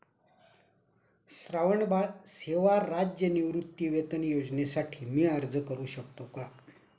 श्रावणबाळ सेवा राज्य निवृत्तीवेतन योजनेसाठी मी अर्ज करू शकतो का?